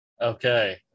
okay